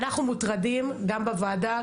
אנחנו מוטרדים גם בוועדה,